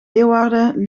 leeuwarden